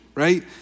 Right